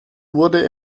wurde